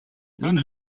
энэ